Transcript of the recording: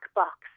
box